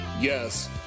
Yes